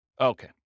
Okay